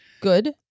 Good